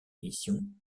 missions